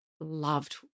loved